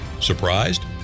Surprised